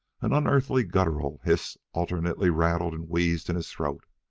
an unearthly guttural hiss alternately rattled and wheezed in his throat.